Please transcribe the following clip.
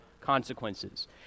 consequences